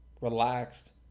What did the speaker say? Relaxed